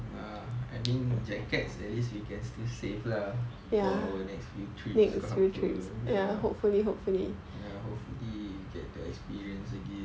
uh I think jackets at least we can still save lah for our next few trips ke apa ya ya hopefully get to experience again